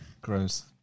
Gross